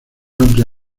amplia